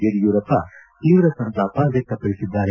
ಯಡಿಯೂರಪ್ಪ ತೀವ್ರ ಸಂತಾಪ ವ್ಯಕ್ತಪಡಿಸಿದ್ದಾರೆ